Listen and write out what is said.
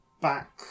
back